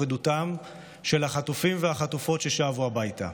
עדותם של החטופים והחטופות ששבו הביתה.